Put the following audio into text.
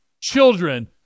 Children